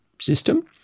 system